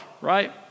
right